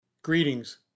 Greetings